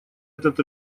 этот